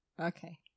Okay